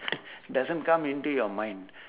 doesn't come into your mind